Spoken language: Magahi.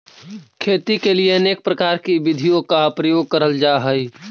खेती के लिए अनेक प्रकार की विधियों का प्रयोग करल जा हई